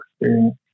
experience